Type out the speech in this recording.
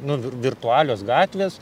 nu vir virtualios gatvės